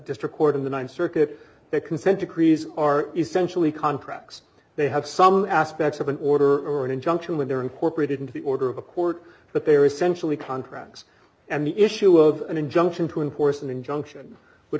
district court in the th circuit that consent decrees are essentially contracts they have some aspects of an order or an injunction when they're incorporated into the order of a court but they're essentially contracts and the issue of an injunction to import an injunction would